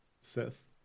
Sith